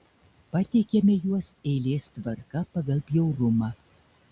pateikiame juos eilės tvarka pagal bjaurumą